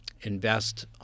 invest